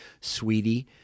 sweetie